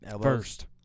First